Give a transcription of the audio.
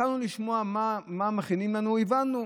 התחלנו לשמוע מה מכינים לנו, הבנו.